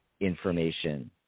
information